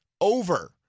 Over